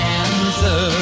answer